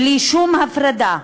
בלי שום הפרדה,